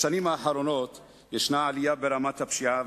בשנים האחרונות יש עלייה ברמת הפשיעה,